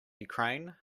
ukraine